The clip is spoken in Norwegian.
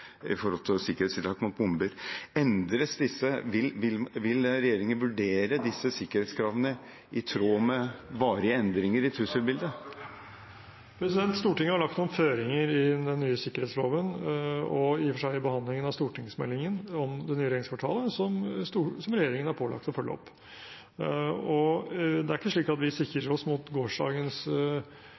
tråd med varige endringer i trusselbildet? Stortinget har lagt noen føringer i den nye sikkerhetsloven – og i og for seg i behandlingen av stortingsmeldingen om det nye regjeringskvartalet – som regjeringen er pålagt å følge opp. Det er ikke slik at vi sikrer oss mot gårsdagens